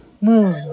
moon